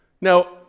Now